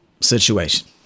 situation